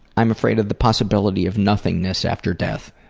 i'm afraid of the possibility of nothingness after death.